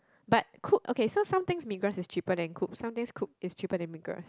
but Coop okay so something Migros is cheaper than Coop something Coop is cheaper than Migros